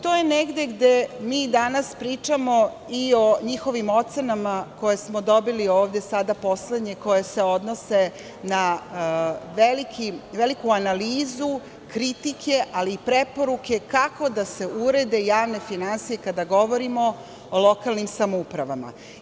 To je negde gde mi danas pričamo i o njihovim ocenama koje smo dobili, ove poslednje koje se odnose na veliku analizu kritike, ali i preporuke kako da se urede javne finansije kada govorimo o lokalnim samoupravama.